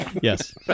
Yes